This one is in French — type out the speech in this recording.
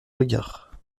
regard